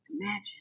Imagine